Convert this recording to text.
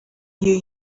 you